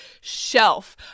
shelf